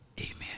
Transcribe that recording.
Amen